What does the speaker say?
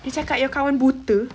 dia cakap your kawan buta